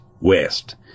west